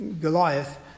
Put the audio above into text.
Goliath